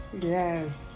Yes